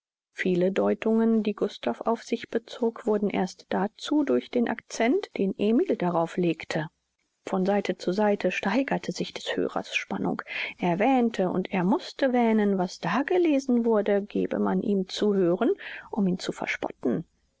viele deutungen die gustav auf sich bezog wurden erst dazu durch den accent den emil darauf legte von seite zu seite steigerte sich des hörers spannung er wähnte und er mußte wähnen was da gelesen wurde gebe man ihm zu hören um ihn zu verspotten